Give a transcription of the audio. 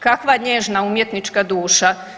Kakva nježna umjetnička duša?